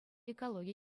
экологи